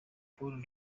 paul